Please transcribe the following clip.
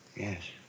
Yes